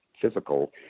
physical